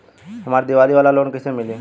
हमरा दीवाली वाला लोन कईसे मिली?